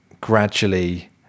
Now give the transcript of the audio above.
gradually